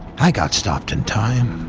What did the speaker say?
i got stopped in time,